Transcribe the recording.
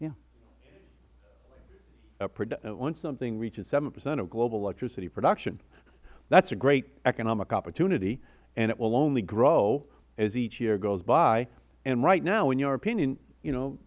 electricity once something reaches seven percent of global electricity production that is a great economic opportunity and it will only grow as each year goes by and right now in your opinion you know